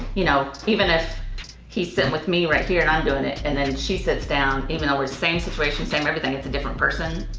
you know, even if he's sitting with me right here and i'm doing it and then she sits down even though we're the same situation, same everything, it's a different person,